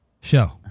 show